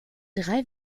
drei